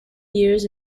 years